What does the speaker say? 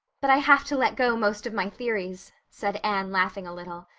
but i have to let go most of my theories, said anne, laughing a little.